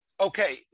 Okay